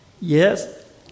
Yes